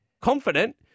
confident